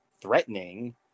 threatening